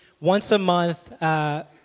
once-a-month